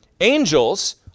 Angels